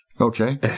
Okay